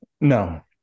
No